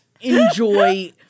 enjoy